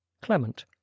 clement